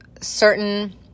certain